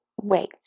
wait